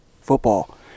football